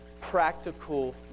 practical